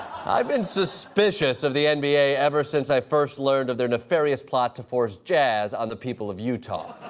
i've been suspicious of the nba ever since i first learned of their nefarious plot to force jazz on the people of utah.